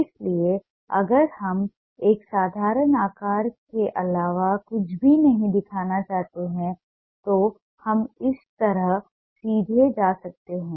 इसलिए अगर हम एक साधारण आकार के अलावा कुछ भी नहीं दिखाना चाहते हैं तो हम इस तरह सीधे जा सकते हैं